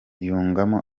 yungamo